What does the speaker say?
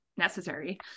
necessary